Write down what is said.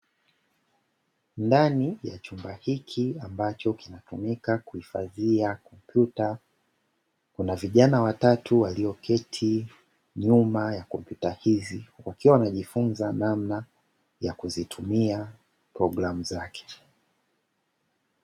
Ndani ya chumba hiki ambacho kinatumika kuhifadhia kompyuta, kuna vijana watatu walioketi nyuma ya kompyuta hizi, wakiwa wanajifunza namna ya kuzitumia programu zake.